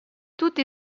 tutti